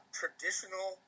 traditional